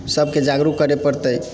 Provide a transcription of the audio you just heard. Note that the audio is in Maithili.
सभकेँ जागरूक करै पड़तै